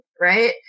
right